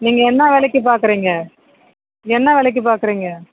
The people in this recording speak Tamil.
நீங்கள் என்ன விலைக்கு பார்க்கறீங்க என்ன விலைக்கு பார்க்கறீங்க